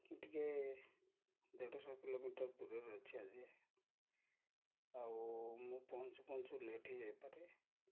ଟିକେ ଦେଢ଼ଶହ କିଲୋମିଟର ଦୂରରେ ଅଛି ଆଜି ଆଉ ମୁଁ ପହଞ୍ଚୁ ପହଞ୍ଚୁ ଲେଟ୍ ହେଇଯାଇପାରେ